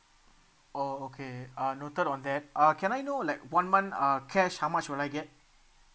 oh okay uh noted on that uh can I know like one month uh cash how much will I get